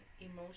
emotion